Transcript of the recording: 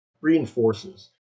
reinforces